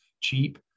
cheap